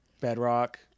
Bedrock